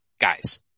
guys